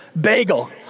bagel